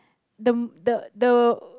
the the the